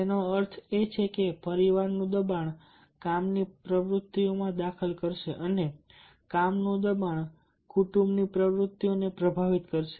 તેનો અર્થ એ કે પરિવારનું દબાણ કામની પ્રવૃત્તિઓમાં દખલ કરશે અને કામનું દબાણ કુટુંબની પ્રવૃત્તિઓને પ્રભાવિત કરશે